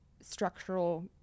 structural